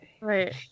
Right